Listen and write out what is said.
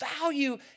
value